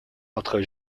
entre